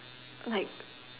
like